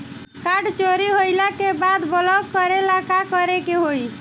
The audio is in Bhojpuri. कार्ड चोरी होइला के बाद ब्लॉक करेला का करे के होई?